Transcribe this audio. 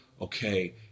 Okay